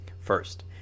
First